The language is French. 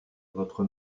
votre